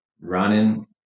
running